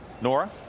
Nora